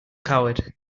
coward